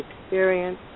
experience